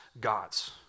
gods